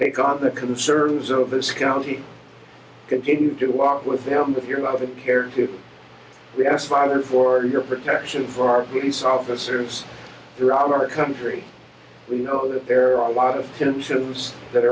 take on the concerns of this county continue to walk with him with your love and care to me as father for your protection for our police officers throughout our country we know that there are a lot of emotions that